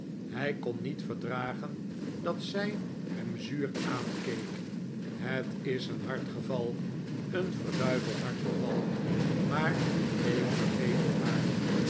hij kon niet verdragen dat zij hem zuur aankeek het is een hard geval een verduiveld hard geval maar ik vergeef het haar